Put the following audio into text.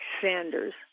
Sanders